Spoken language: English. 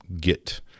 get